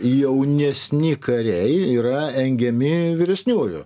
jaunesni kariai yra engiami vyresniųjų